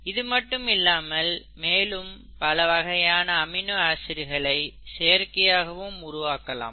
இது மட்டும் இல்லாமல் மேலும் பல வகையான அமினோ ஆசிட் களை செயற்கையாக உருவாக்கலாம்